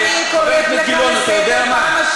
אתה יודע מה,